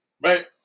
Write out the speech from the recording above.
right